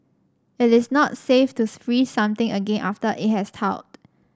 it is not safe to freeze something again after it has thawed